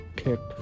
kick